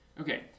Okay